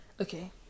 Okay